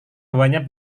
hawanya